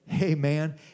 amen